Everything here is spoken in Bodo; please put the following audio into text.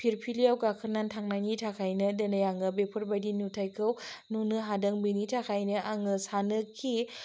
फिरफिलियाव गाखोनानै थांनायनि थाखायनो दोनै आङो बेफोरबायदि नुथायखौ नुनो हादों बेनि थाखायनो आङो सानोखि